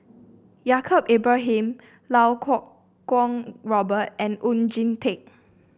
Yaacob Ibrahim Lau Kuo Kwong Robert and Oon Jin Teik